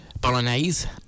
bolognese